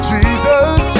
Jesus